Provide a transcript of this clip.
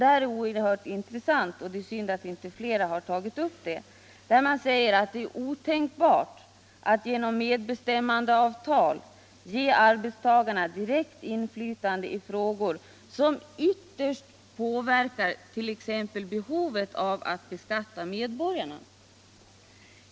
Detta är en mycket intressant fråga, och det är synd att inte fler tagit upp den. Man säger i motionen att det är otänkbart att genom medbestämmandeavtal ge arbetstagarna direkt inflytande i frågor som ytterst påverkar t.ex. behovet att beskatta medborgarna.